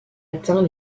atteint